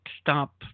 stop